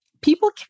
people